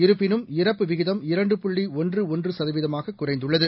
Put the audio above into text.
இருப்பினும் இறப்பு விகிதம் இரண்டு புள்ளி ஒன்று ஒன்று ஒன்று சதவீதமாக ஒறைந்துள்ளது